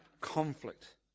conflict